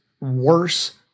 worse